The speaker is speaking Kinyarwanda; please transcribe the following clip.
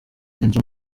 inzu